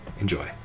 Enjoy